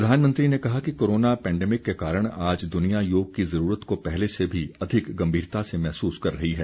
प्रधानमंत्री ने कहा कि कोरोना पैंडेमिक के कारण आज दुनिया योग की जरूरत को पहले से भी अधिक गंभीरता से महसुस कर रही है